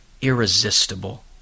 irresistible